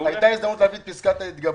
הייתה הזדמנות להביא את פסקת התגברות,